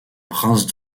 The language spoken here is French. prince